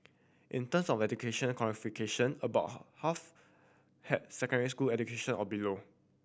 in terms of education qualification about half had secondary school education or below